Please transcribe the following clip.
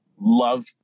love